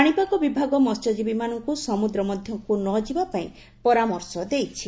ପାଣିପାଗ ବିଭାଗ ମସ୍ୟଜୀବୀମାନଙ୍କୁ ସମୁଦ୍ର ମଧ୍ୟକୁ ନ ଯିବା ପାଇଁ ପରାମର୍ଶ ଦେଇଛି